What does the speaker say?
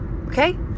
okay